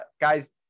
Guys